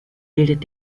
bildet